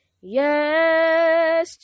Yes